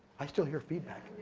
i still hear feedback.